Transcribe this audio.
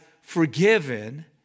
forgiven